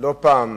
לא פעם,